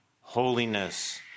holiness